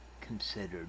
considered